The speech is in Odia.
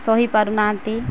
ସହି ପାରୁନାହାନ୍ତି